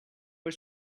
but